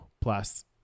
plus